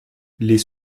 les